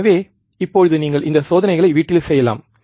எனவே இப்போது நீங்கள் இந்தச் சோதனைகளை வீட்டில் செய்யலாம்